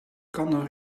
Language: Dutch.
kan